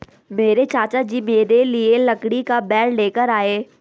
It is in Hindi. मेरे चाचा जी मेरे लिए लकड़ी का बैट लेकर आए